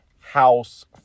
House